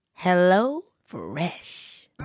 HelloFresh